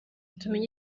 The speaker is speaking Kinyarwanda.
tumenye